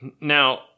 Now